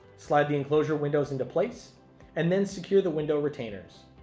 slide the enclosure windows into place and then secure the window retainers